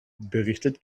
berichtet